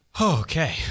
Okay